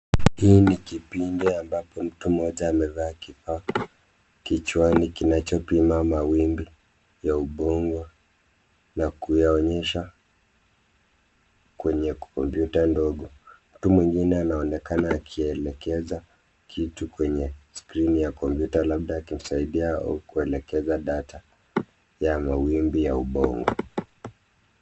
Hii ni kipindi ambapo mtu mmoja amevaa kifaa kichwani kinachopima mawimbi ya ubongo na kuyaonyesha kwenye kompyuta ndogo. Mtu mwingine anaonekana akielekeza kitu kwenye skrini ya kompyuta labda akimsaidia au kuelekeza data ya mawimbi ya ubongo.